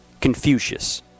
Confucius